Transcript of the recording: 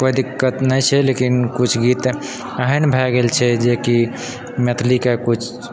कोइ दिक्कत नहि छै लेकिन किछु गीत एहन भए गेल छै जे कि मैथिलीके किछु